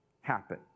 happen